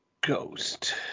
ghost